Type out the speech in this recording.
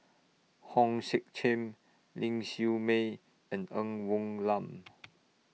Hong Sek Chern Ling Siew May and Ng Woon Lam